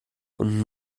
und